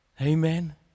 Amen